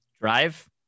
Drive